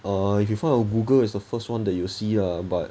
uh if you find on Google is the first [one] you will see lah but